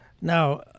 Now